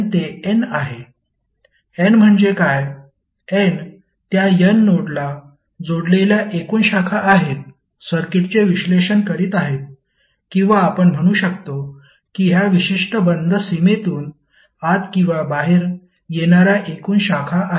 N म्हणजे काय N त्या N नोडला जोडलेल्या एकूण शाखा आहेत सर्किटचे विश्लेषण करीत आहेत किंवा आपण म्हणू शकतो की ह्या विशिष्ट बंद सीमेतून आत किंवा बाहेर येणार्या एकूण शाखा आहेत